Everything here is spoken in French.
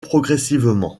progressivement